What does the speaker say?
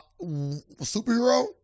superhero